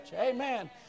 Amen